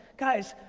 guys,